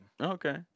Okay